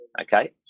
okay